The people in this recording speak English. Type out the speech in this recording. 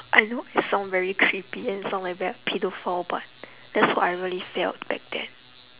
I know it sound very creepy and sound like very pedophile but that's what I really felt back then